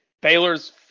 Baylor's